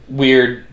weird